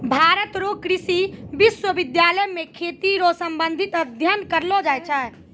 भारत रो कृषि विश्वबिद्यालय मे खेती रो संबंधित अध्ययन करलो जाय छै